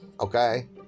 Okay